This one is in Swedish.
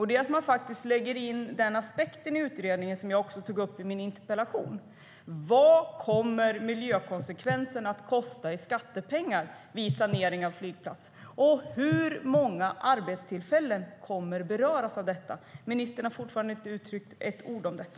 Det är att man i utredningen lägger in en aspekt som jag tog upp i min interpellation: Vad kommer miljökonsekvenserna att kosta i skattepengar vid sanering av flygplats, och hur många arbetstillfällen kommer att beröras av detta? Ministern har fortfarande inte sagt ett ord om detta.